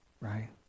right